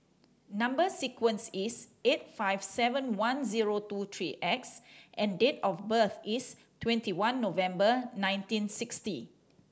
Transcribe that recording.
number sequence is S eight five seven one zero two three X and date of birth is twenty one November nineteen sixty